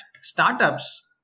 startups